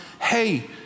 hey